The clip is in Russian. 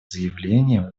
заявления